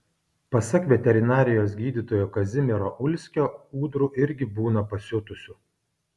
pasak veterinarijos gydytojo kazimiero ulskio ūdrų irgi būna pasiutusių